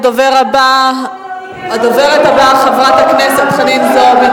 הדוברת הבאה, חברת הכנסת חנין זועבי.